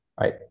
right